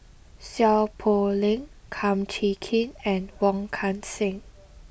Seow Poh Leng Kum Chee Kin and Wong Kan Seng